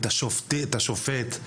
את השופט,